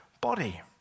body